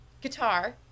Guitar